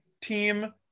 Team